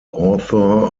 author